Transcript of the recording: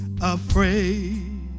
afraid